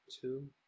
two